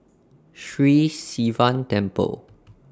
Sri Sivan Temple